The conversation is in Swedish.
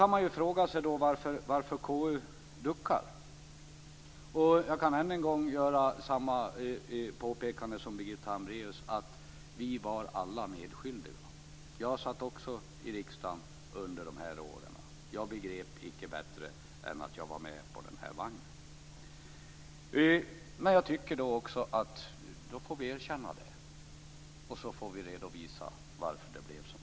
Man kan fråga sig varför KU duckar. Jag kan göra samma påpekande som Birgitta Hambraeus, nämligen att vi alla var medskyldiga. Jag satt också i riksdagen under de aktuella åren och begrep icke bättre, utan jag var också med på vagnen. Vi får erkänna det och redovisa varför det blev som det blev.